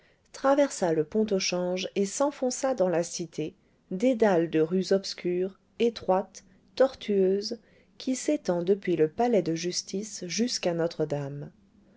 traversa le pont au change et s'enfonça dans la cité dédale de rues obscures étroites tortueuses qui s'étend depuis le palais de justice jusqu'à notre-dame